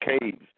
caves